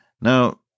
Now